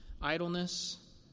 Idleness